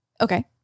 Okay